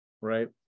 right